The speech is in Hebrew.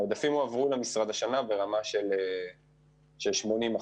העודפים האלה הועברו למשרד השנה ברמה של 80 אחוזים.